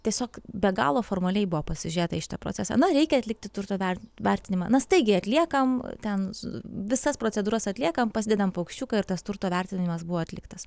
tiesiog be galo formaliai buvo pasižiūrėta į šitą procesą na reikia atlikti turto vert vertinimą na staigiai atliekam ten s visas procedūras atliekam pasidedam paukščiuką ir tas turto vertinimas buvo atliktas